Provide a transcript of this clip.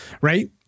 right